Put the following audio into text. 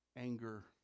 anger